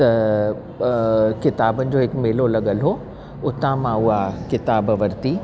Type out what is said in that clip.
त प किताबनि जो हिकु मेलो लॻल हो उतां मां उहा किताबु वरिती